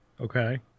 okay